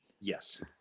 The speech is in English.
Yes